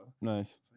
nice